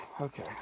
Okay